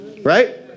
right